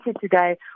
today